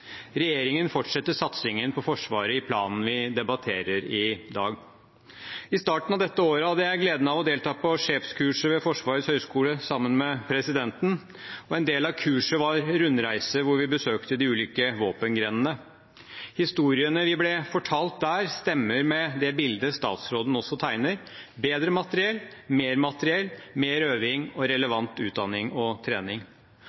Regjeringen fortsetter satsingen på Forsvaret i planen vi debatterer i dag. I starten av dette året hadde jeg gleden av å delta på Sjefskurset ved Forsvarets høgskole sammen med presidenten, og en del av kurset var rundreise hvor vi besøkte de ulike våpengrenene. Historiene vi ble fortalt der, stemmer med det bildet statsråden også tegner: bedre materiell, mer materiell, mer øving og relevant utdanning og trening.